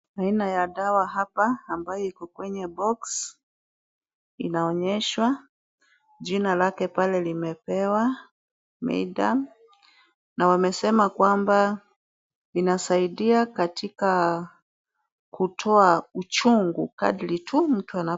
Aina ya dawa hapa ambayo iko kwenye box inaonyeshwa jina lake pale limepewa mida na wamesema kwamba inasaidia katika kutoa uchungu kadri tu mtu anapo.